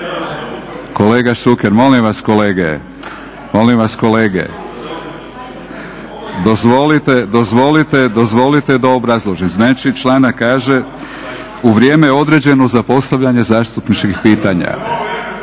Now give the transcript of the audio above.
Kolega Šuker, molim vas kolege, molim vas kolege, dozvolite da obrazložim. Znači članak kaže u vrijeme određeno za postavljanje zastupničkih pitanja.